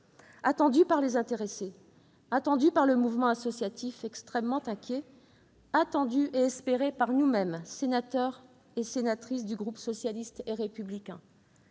attendue par les intéressés, attendue par le mouvement associatif, lequel est extrêmement inquiet, attendue et espérée par nous-mêmes, sénateurs et sénatrices du groupe socialiste et républicain.